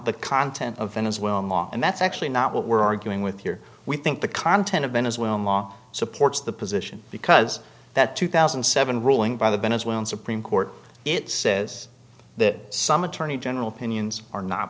the content of venezuelan law and that's actually not what we're arguing with here we think the content of venezuelan law supports the position because that two thousand and seven ruling by the venezuelan supreme court it says that some attorney general pinions are not